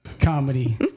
comedy